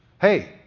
hey